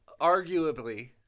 arguably